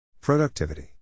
Productivity